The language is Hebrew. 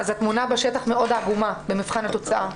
אז התמונה בשטח מאוד עגומה, במבחן התוצאה.